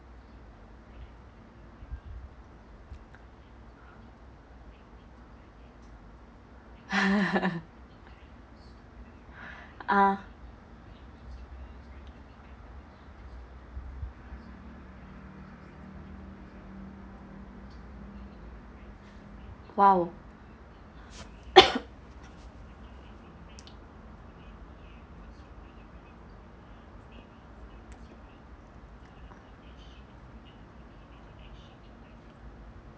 ah !wow!